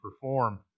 perform